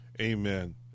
amen